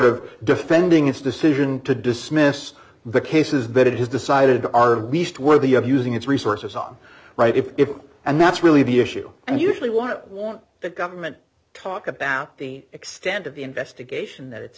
of defending its decision to dismiss the cases that it has decided are beast worthy of using its resources on right if and that's really the issue and usually want to want that government talk about the extent of the investigation that it's